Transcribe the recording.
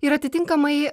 ir atitinkamai